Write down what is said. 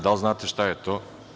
Da li znate šta je to?